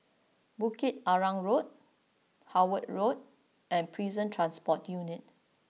Bukit Arang Road Howard Road and Prison Transport Unit